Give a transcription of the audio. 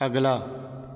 ਅਗਲਾ